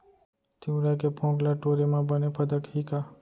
तिंवरा के फोंक ल टोरे म बने फदकही का?